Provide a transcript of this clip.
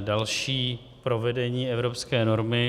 další provedení evropské normy.